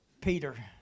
Peter